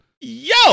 Yo